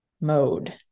mode